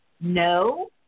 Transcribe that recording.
no